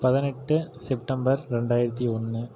பதினெட்டு செப்டம்பர் இரண்டாயிரத்து ஒன்று